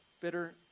Bitter